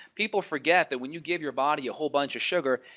people forget that when you give your body a whole bunch of sugar,